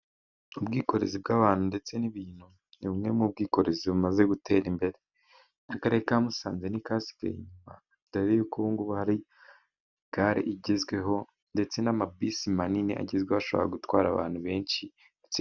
Ubwikorezi bw'abantu ndetse n'ibintu, ni bumwe mu bwikorezi bumaze gutera imbere. Akarere ka Musanze ntikasigaye inyuma, dore y'uko ubungubu hari gare igezweho, ndetse n'amabisi manini agezweho, ashobora gutwara abantu benshi.